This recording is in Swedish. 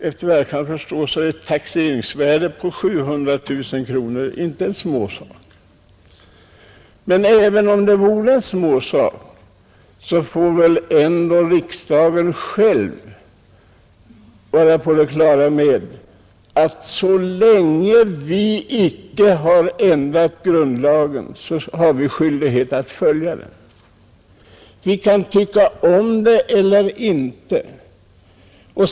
Efter vad jag kan förstå är ett taxeringsvärde på 700 000 kronor inte en småsak. Men även om det vore en småsak måste väl ändå riksdagen själv vara på det klara med att så länge vi icke har ändrat grundlagen har vi skyldighet att följa den, vi må tycka om det eller inte.